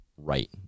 right